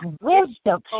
wisdom